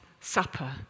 supper